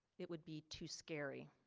it would be too scary.